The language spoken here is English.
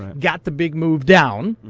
um got the big move down.